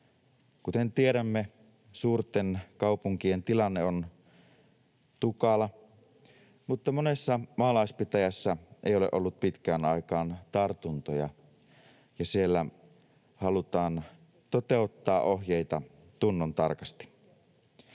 Kuten tiedämme, suurten kaupunkien tilanne on tukala, mutta monessa maalaispitäjässä ei ole ollut pitkään aikaan tartuntoja, ja siellä halutaan toteuttaa ohjeita tunnontarkasti.